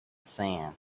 sand